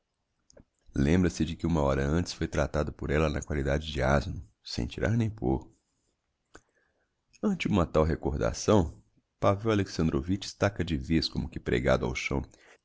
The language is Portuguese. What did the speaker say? lembra-se de que uma hora antes foi tratado por ella na qualidade de asno sem tirar nem pôr ante uma tal recordação pavel alexandrovitch estaca de vez como que pregado ao chão